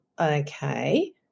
okay